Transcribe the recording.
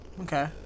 Okay